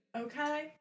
Okay